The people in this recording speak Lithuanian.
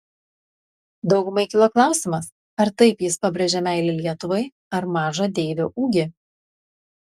daugumai kilo klausimas ar taip jis pabrėžė meilę lietuvai ar mažą deivio ūgį